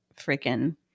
freaking